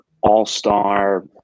all-star